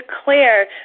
declare